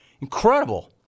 incredible